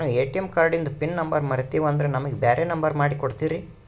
ನಾನು ಎ.ಟಿ.ಎಂ ಕಾರ್ಡಿಂದು pin number ಮರತೀವಂದ್ರ ನಮಗ ಬ್ಯಾರೆ ನಂಬರ್ ಮಾಡಿ ಕೊಡ್ತೀರಿ?